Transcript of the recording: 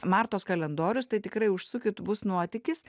martos kalendorius tai tikrai užsukit bus nuotykis